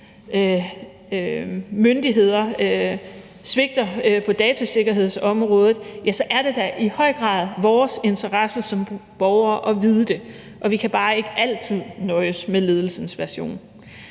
myndigheder svigter på datasikkerhedsområdet, så er det da i høj grad i vores interesse som borgere at vide det. Og vi kan bare ikke altid nøjes med ledelsens version.